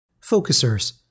Focusers